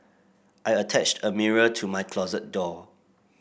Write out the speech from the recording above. I attached a mirror to my closet door